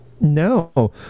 no